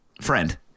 friend